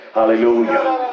hallelujah